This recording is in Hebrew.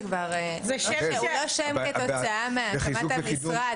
אבל זה לא שם כתוצאה מהקמת המשרד,